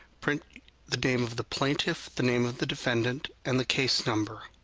print the name of the plaintiff, the name of the defendant, and the case number.